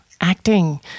acting